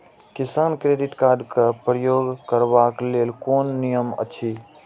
किसान credit card क प्रयोग करबाक लेल कोन नियम अछि?